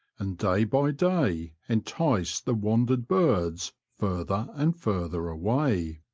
and day by day enticed the wandered birds further and further away.